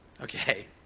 Okay